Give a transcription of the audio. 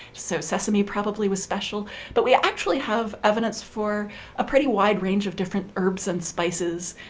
so sesame probably was special but we actually have evidence for a pretty wide range of different herbs and spices,